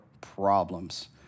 Problems